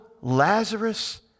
Lazarus